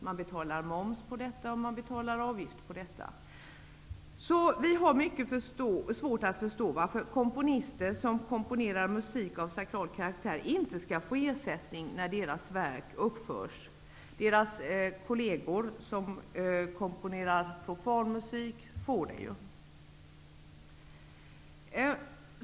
Man betalar moms och avgift på detta. Så vi har mycket svårt att förstå varför komponister som komponerar musik av sakral karaktär inte skall få ersättning när deras verk uppförs. Deras kolleger, som komponerar profan musik, får det ju.